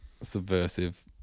subversive